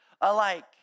alike